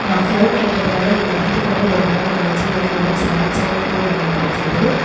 நான் ஃபோன் கேட்டதனால எங்கள் வீட்டுக்காரர் ரொம்ப நாள் கழிச்சி எனக்கு ஒரு சாம்சங் ஃபோன் வாங்கி கொடுத்தாரு